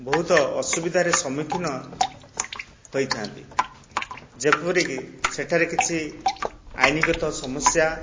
ବହୁତ ଅସୁବିଧାରେ ସମ୍ମୁଖୀନ ହୋଇଥାନ୍ତି ଯେପରିକି ସେଠାରେ କିଛି ଆଇନ ଗତ ସମସ୍ୟା